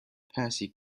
percy